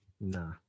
Nah